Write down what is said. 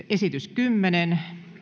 kymmenettä